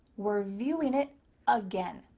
we're viewing it again,